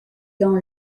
dans